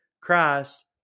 Christ